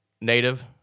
Native